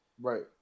Right